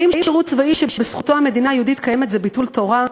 האם שירות צבאי שבזכותו המדינה היהודית קיימת זה ביטול תורה?